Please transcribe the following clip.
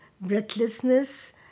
breathlessness